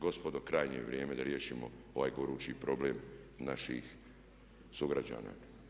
Gospodo krajnje je vrijeme da riješimo ovaj gorući problem naših sugrađana.